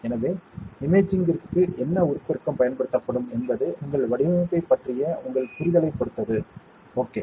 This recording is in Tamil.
எனவே இமேஜிங்கிற்கு என்ன உருப்பெருக்கம் பயன்படுத்தப்படும் என்பது உங்கள் வடிவமைப்பைப் பற்றிய உங்கள் புரிதலைப் பொறுத்தது ஓகே